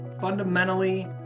Fundamentally